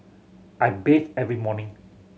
I bathe every morning